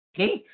Okay